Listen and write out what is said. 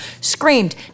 screamed